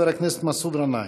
חבר הכנסת מסעוד גנאים.